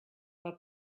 but